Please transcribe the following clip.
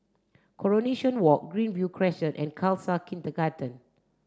Coronation Walk Greenview Crescent and Khalsa Kindergarten